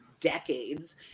decades